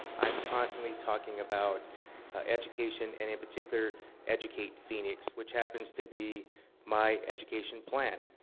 i am constantly talking about education and in particular educate phoenix, which happens to be my education plan.